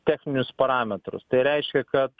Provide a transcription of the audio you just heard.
techninius parametrus tai reiškia kad